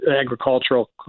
agricultural